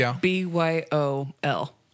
B-Y-O-L